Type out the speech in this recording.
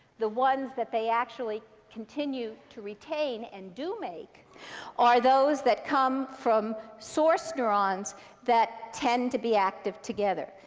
the ones that they actually continue to retain and do make are those that come from source neurons that tend to be active together.